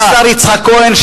אני והשר יצחק כהן,